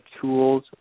tools